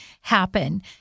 happen